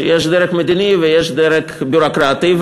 שיש דרג מדיני ודרג ביורוקרטי,